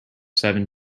seven